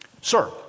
Sir